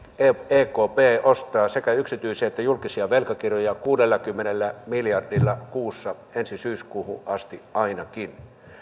ekp ostaa sekä yksityisiä että julkisia velkakirjoja kuudellakymmenellä miljardilla kuussa ensi syyskuuhun asti ainakin